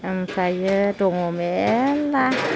आमफ्रायो दङ मेरला